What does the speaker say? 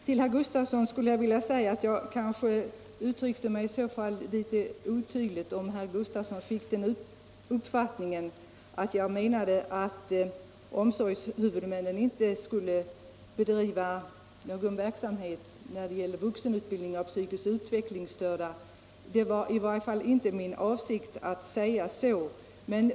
Till herr Gustavsson i Alvesta skulle jag vilja säga att jag kanske uttryckte mig litet otydligt om herr Gustavsson fick uppfattningen att jag menade att omsorgshuvudmännen inte skulle bedriva någon verksamhet när det gäller vuxenutbildning av psykiskt utvecklingsstörda. Det var i varje fall inte min avsikt att säga så.